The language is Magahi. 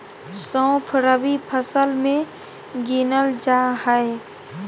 सौंफ रबी फसल मे गिनल जा हय